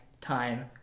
time